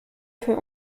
für